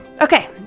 Okay